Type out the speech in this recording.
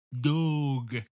dog